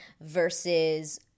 versus